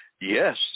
yes